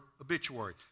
obituary